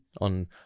on